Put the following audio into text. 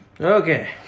Okay